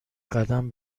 قدم